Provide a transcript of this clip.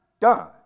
done